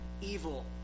evil